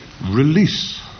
Release